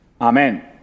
Amen